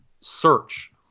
search